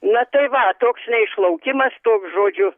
na tai va toks neišlaukimas toks žodžiu